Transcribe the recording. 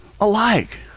alike